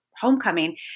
homecoming